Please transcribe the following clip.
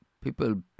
People